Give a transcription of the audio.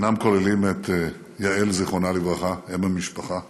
אינם כוללים את יעל, זיכרונה לברכה, אם המשפחה